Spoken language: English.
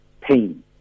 pain